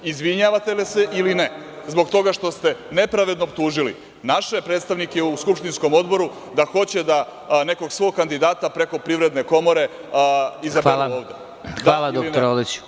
Da li se izvinjavate ili ne zbog toga što ste nepravedno optužili naše predstavnike u skupštinskom Odboru da hoće da nekog svog kandidata preko Privredne komore izaberu ovde.